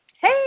Hey